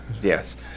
Yes